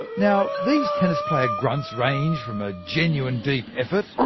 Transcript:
now these tennis player grunts range from a genuine deep effort,